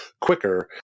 quicker